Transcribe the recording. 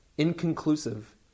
Inconclusive